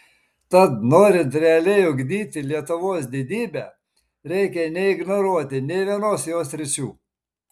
tad norint realiai ugdyti lietuvos didybę reikia neignoruoti nei vienos jos sričių